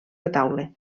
retaule